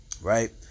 right